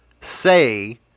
say